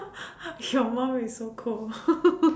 your mom is so cool